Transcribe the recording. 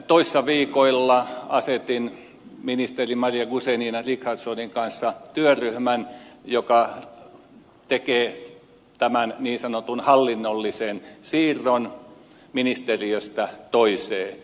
toissa viikoilla asetin ministeri maria guzenina richardsonin kanssa työryhmän joka tekee tämän niin sanotun hallinnollisen siirron ministeriöstä toiseen